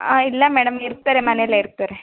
ಆಂ ಇಲ್ಲ ಮೇಡಮ್ ಇರ್ತಾರೆ ಮನೆಲ್ಲೇ ಇರ್ತಾರೆ